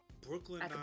Brooklyn